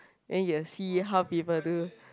then you will see how people do